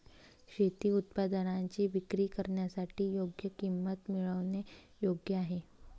शेती उत्पादनांची विक्री करण्यासाठी योग्य किंमत मिळवणे योग्य आहे